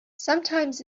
sometimes